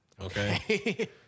Okay